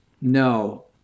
No